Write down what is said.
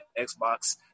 Xbox